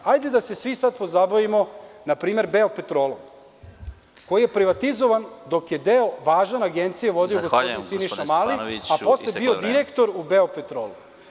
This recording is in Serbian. Hajde da se svi sada pozabavimo, npr. „Beopetrolom“, koji je privatizovan dok je važan deo Agencije vodio gospodin Siniša Mali, a posle bio direktor u „Beopetrolu“